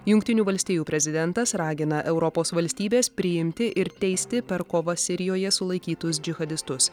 jungtinių valstijų prezidentas ragina europos valstybes priimti ir teisti per kovą sirijoje sulaikytus džihadistus